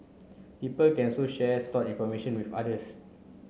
people can so share stored information with others